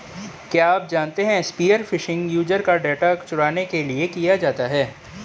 क्या आप जानते है स्पीयर फिशिंग यूजर का डेटा चुराने के लिए किया जाता है?